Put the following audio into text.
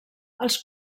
els